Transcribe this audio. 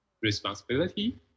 responsibility